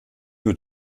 wird